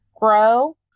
grow